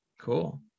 Cool